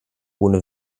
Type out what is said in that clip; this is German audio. ohne